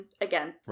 Again